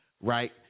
right